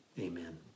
Amen